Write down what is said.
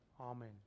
Amen